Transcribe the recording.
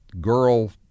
girl